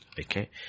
Okay